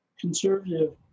Conservative